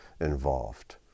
involved